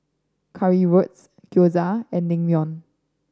Currywurst Gyoza and Naengmyeon